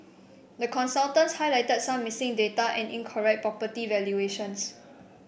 the consultants highlighted some missing data and incorrect property valuations